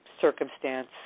circumstance